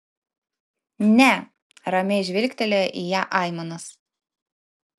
ne ramiai žvilgtelėjo į ją aimanas